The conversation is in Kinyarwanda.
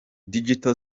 digital